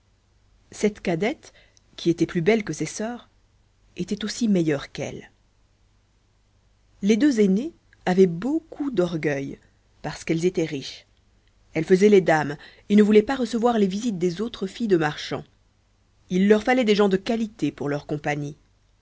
cette cadette qui était plus belle que ses sœurs était aussi meilleure qu'elles les deux aînées avaient beaucoup d'orgueil parce qu'elles étaient riches elles faisaient les dames et ne voulaient pas recevoir les visites des autres filles de marchands il leur fallait des gens de qualité pour leur compagnie